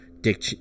Dick